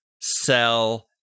sell